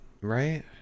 right